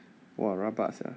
!wah! rabak sia